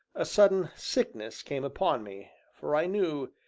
a sudden sickness came upon me, for i knew,